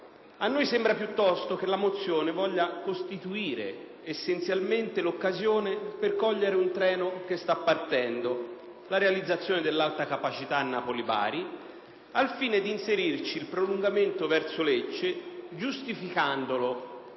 a noi sembra piuttosto che la mozione voglia costituire essenzialmente l'occasione per cogliere un treno che sta partendo: la realizzazione dell'Alta capacità Napoli-Bari al fine di inserirci il prolungamento verso Lecce, giustificandolo,